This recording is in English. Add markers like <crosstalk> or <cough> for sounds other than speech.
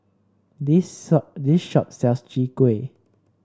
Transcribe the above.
this <unintelligible> this shop sells Chwee Kueh